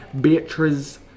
Beatriz